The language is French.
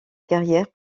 carrière